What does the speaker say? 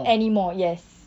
anymore yes